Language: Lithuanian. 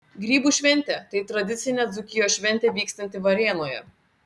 grybų šventė tai tradicinė dzūkijos šventė vykstanti varėnoje